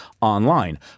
online